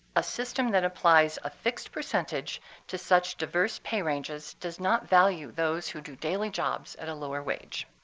a system that applies a fixed percentage to such diverse pay ranges does not value those who do daily jobs at a lower wage.